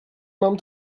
mam